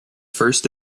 first